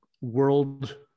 world